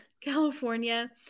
California